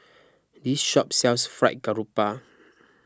this shop sells Fried Garoupa